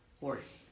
worse